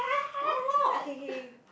one more okay K